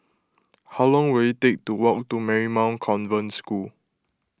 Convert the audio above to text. how long will it take to walk to Marymount Convent School